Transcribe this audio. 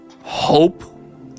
hope